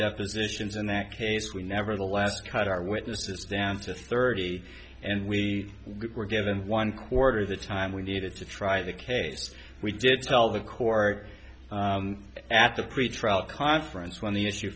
depositions in that case we never the last cut our witnesses down to thirty and we were given one quarter the time we needed to try the case we did tell the court at the pretrial conference when the issue